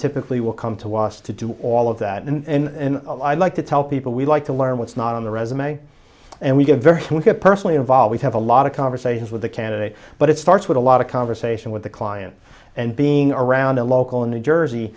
typically will come to was to do all of that in of i'd like to tell people we like to learn what's not on the resume and we get very personally involved have a lot of conversations with the candidate but it starts with a lot of conversation with the client and being around a local in new jersey